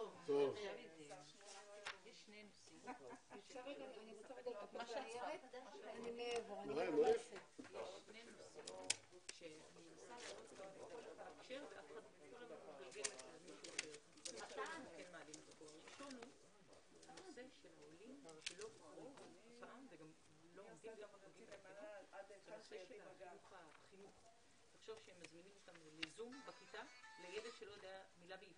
11:18.